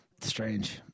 strange